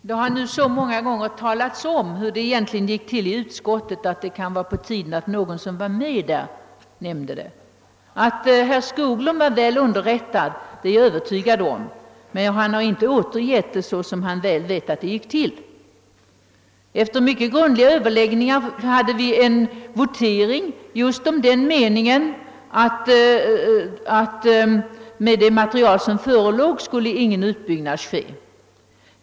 Herr talman! Det har nu så många gånger talats om hur det egentligen gick till i utskottet att det kan vara på tiden att någon, som var med där, redogör för det. Att herr Skoglund var väl underrättad är jag överygad om, men han har inte återgivit det så, som han vet att det gick till. Efter mycket grundliga överläggningar hade vi en votering om just den meningen, att med hänsyn till det material som för närvarande föreligger skulle ingen utbyggnad komma till stånd.